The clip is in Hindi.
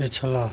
पिछला